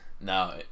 No